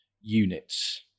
units